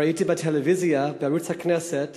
וראיתי בטלוויזיה בערוץ הכנסת